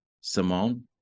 Simone